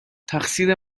تقصیر